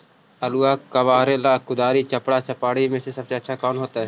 आलुआ कबारेला कुदारी, चपरा, चपारी में से सबसे अच्छा कौन होतई?